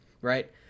right